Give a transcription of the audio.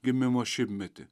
gimimo šimtmetį